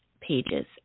pages